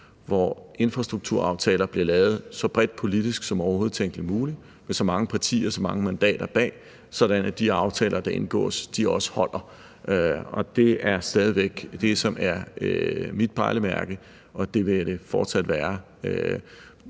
hvor infrastrukturaftaler bliver lavet så bredt politisk som overhovedet tænkeligt og muligt med mange partier og mange mandater bag, sådan at de aftaler, der indgås, også holder. Det er stadig væk det, som er mit pejlemærke, og det vil det fortsat være